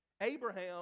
Abraham